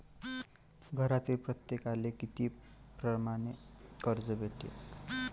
घरातील प्रत्येकाले किती परमाने कर्ज भेटन?